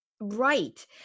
Right